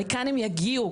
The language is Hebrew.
לכאן הן יגיעו,